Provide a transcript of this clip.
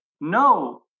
no